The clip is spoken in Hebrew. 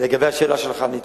לגבי השאלה שלך, אני אתייחס.